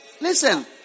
Listen